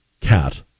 cat